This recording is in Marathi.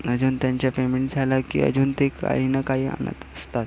अजून त्यांचे पेमेंट झाला की अजून ते काही ना काही आणत असतात